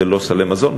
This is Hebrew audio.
ולא סלי מזון.